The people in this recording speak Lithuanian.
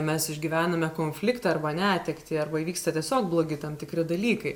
mes išgyvename konfliktą arba netektį arba įvyksta tiesiog blogi tam tikri dalykai